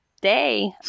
day